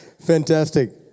Fantastic